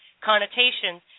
connotations